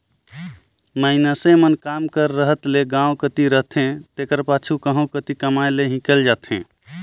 मइनसे मन काम कर रहत ले गाँव कती रहथें तेकर पाछू कहों कती कमाए लें हिंकेल जाथें